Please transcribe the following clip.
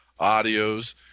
audios